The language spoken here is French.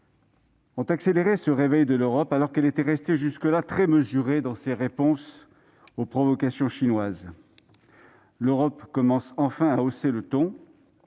ont accéléré ce réveil de l'Europe. Alors qu'elle était restée jusqu'alors très mesurée dans ses réponses aux provocations chinoises, elle commence enfin à hausser le ton.